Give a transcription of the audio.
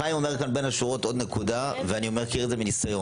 חיים אומר כאן בין השורות עוד נקודה ואני מכיר את זה ניסיון.